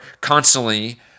constantly